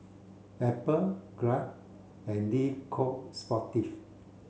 Apple Grab and Le Coq Sportif